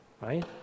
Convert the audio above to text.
right